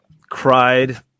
cried